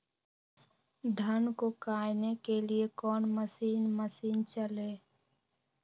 धन को कायने के लिए कौन मसीन मशीन चले?